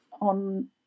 on